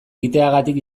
egiteagatik